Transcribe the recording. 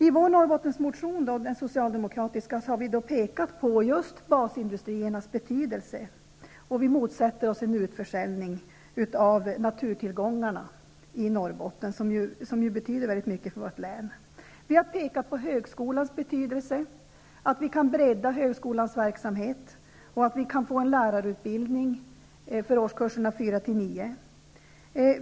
I den socialdemokratiska Norrbottensmotionen har vi pekat på just basindustriernas betydelse. Vi motsätter oss också en utförsäljning av naturtillgångarna i Norrbotten, som betyder väldigt mycket för vårt län. Vi har pekat på högskolans betydelse. Vi behöver bredda högskolans verksamhet. Vi behöver få en lärarutbildning för årskurserna 4 till 9.